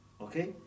okay